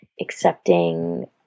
accepting